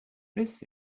this